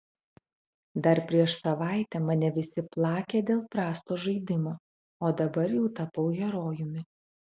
dar prieš savaitę mane visi plakė dėl prasto žaidimo o dabar jau tapau herojumi